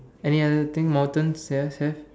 any other thing mountains yes have